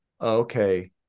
okay